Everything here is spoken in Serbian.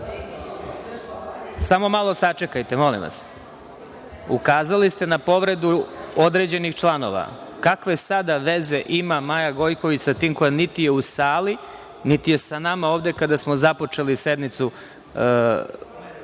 malo sačekajte. Ukazali ste na povredu određenih članova. Kakve sada veze ima Maja Gojković sa tim, koja, niti je u sali, niti je sa nama ovde kada smo zajedno započeli sednicu